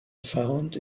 found